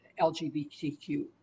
LGBTQ